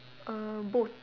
err both